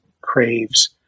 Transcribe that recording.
craves